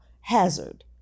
hazard